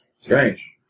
Strange